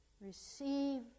receive